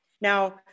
Now